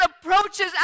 approaches